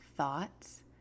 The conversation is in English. thoughts